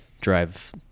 Drive